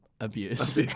abuse